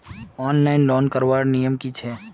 Online loan करवार नियम की छे?